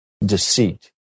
deceit